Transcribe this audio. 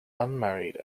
unmarried